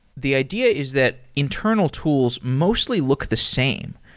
the idea is that internal tools mostly look the same.